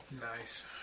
Nice